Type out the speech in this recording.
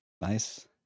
Nice